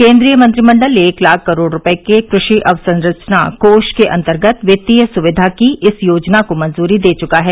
केन्द्रीय मंत्रिमंडल एक लाख करोड़ रुपये के कृषि अवसंरचना कोष के अंतर्गत वित्तीय सुविधा की इस योजना को मंजूरी दे चुका है